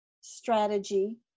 strategy